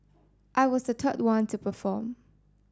I was the third one to perform